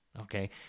okay